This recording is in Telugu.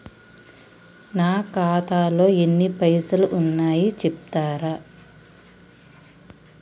నా ఖాతాలో ఎన్ని పైసలు ఉన్నాయి చెప్తరా?